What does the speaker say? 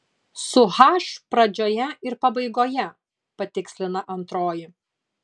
su h pradžioje ir pabaigoje patikslina antroji